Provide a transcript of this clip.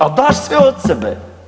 Ali daš sve od sebe.